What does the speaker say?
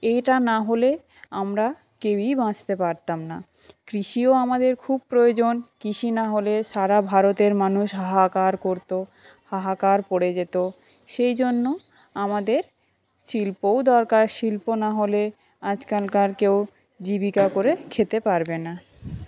এইটা না হলে আমরা কেউই বাঁচতে পারতাম না কৃষিও আমাদের খুব প্রয়োজন কৃষি না হলে সারা ভারতের মানুষ হাহাকার করতো হাহাকার পড়ে যেত সেইজন্য আমাদের শিল্পও দরকার শিল্প না হলে আজকালকার কেও জীবিকা করে খেতে পারবে না